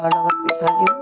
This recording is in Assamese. আৰু পিঠা দিওঁ